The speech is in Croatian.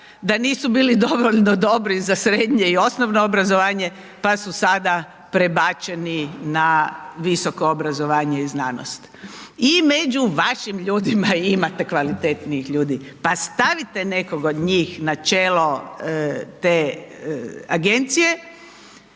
da nisu bili dovoljno dobri za srednje i osnovno obrazovanje pa su sada prebačeni na visoko obrazovanje i znanost. I među vašim ljudima imate kvalitetnijih ljudi pa stavite nekog od njih na čelo te agencije,